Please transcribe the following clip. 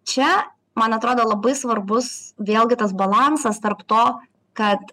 čia man atrodo labai svarbus vėlgi tas balansas tarp to kad